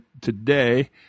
today